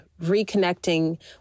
reconnecting